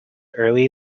early